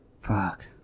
Fuck